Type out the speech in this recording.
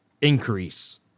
increase